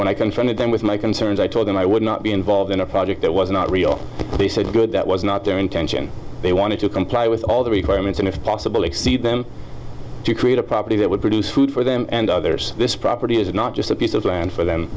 when i confronted them with my concerns i told them i would not involved in a project that was not real they said good that was not their intention they wanted to comply with all the requirements and if possible exceed them to create a property that would produce food for them and others this property is not just a piece of land for them